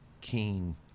keen